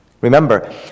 remember